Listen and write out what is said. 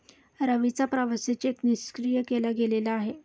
रवीचा प्रवासी चेक निष्क्रिय केला गेलेला आहे